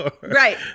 right